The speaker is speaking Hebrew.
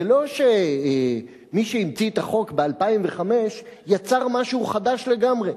זה לא שמי שהמציא את החוק ב-2005 יצר משהו חדש לגמרי.